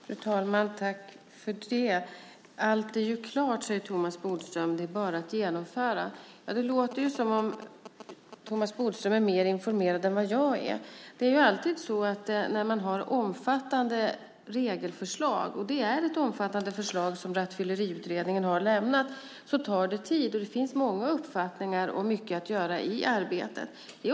Fru talman! Allt är klart - det är bara att genomföra det, säger Thomas Bodström. Det låter som om Thomas Bodström är mer informerad än vad jag är. Det är alltid så att när man har omfattande regelförslag - och det är ett omfattande förslag som Rattfylleriutredningen har lämnat - så tar det tid. Det finns många uppfattningar och mycket att göra i arbetet.